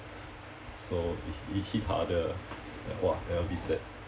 so it it hit harder !wah! then a bit sad